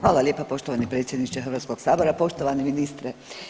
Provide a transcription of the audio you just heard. Hvala lijepa poštovani predsjedniče Hrvatskog sabora, poštovani ministre.